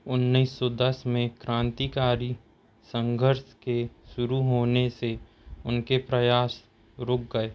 उन्नीस सौ दस में में क्रांतिकारी संघर्ष के शुरू होने से उनके प्रयास रुक गए